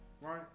right